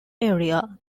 area